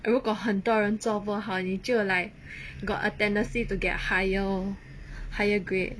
如果很多人做不好你就 like got a tendency to get higher higher grade